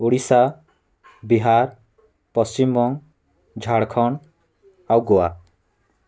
ଓଡ଼ିଶା ବିହାର ପଶ୍ଚିମବଙ୍ଗ ଝାଡ଼ଖଣ୍ଡ ଆଉ ଗୋଆ